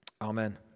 Amen